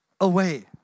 away